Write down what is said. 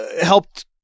Helped